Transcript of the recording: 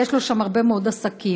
ויש לו שם הרבה מאוד עסקים.